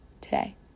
today